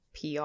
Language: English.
PR